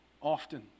often